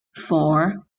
four